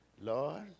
Lord